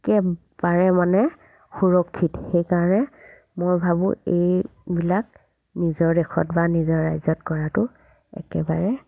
একেবাৰে মানে সুৰক্ষিত সেইকাৰণে মই ভাবোঁ এইবিলাক নিজৰ দেশত বা নিজৰ ৰাজ্যত কৰাটো একেবাৰে